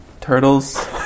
Turtles